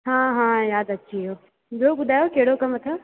हा हा यादि अची वियो ॿियो ॿुधायो कहिड़ो कमु अथव